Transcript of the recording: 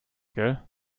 gell